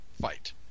fight